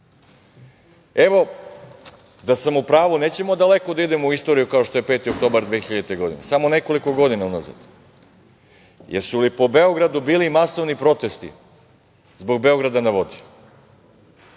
režima. Da sam u pravu nećemo daleko da idemo u istoriju kao što je 5. oktobar 2000. godine, samo nekoliko godina unazad. Da li su po Beogradu bili masovni protesti zbog „Beograda na vodi“?